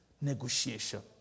negotiation